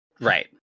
Right